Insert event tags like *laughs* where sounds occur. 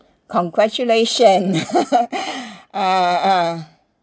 congratulations *laughs* uh uh